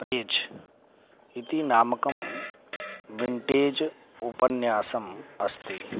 praise इति नामकं vintage उपन्यासम् अस्ति